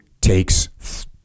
takes